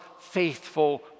faithful